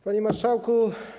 Panie Marszałku!